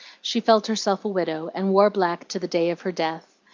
she felt herself a widow, and wore black to the day of her death.